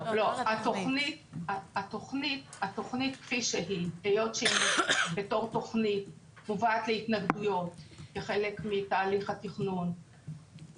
התוכנית כפי שהיא בתור תוכנית מובאת להתנגדויות כחלק מתהליך התכנון,